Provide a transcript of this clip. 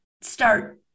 start